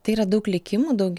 tai yra daug likimų daug